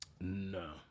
No